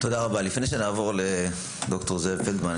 לפני שנעבור לד"ר זאב פלדמן,